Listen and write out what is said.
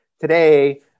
today